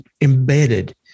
embedded